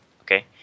Okay